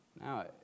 Now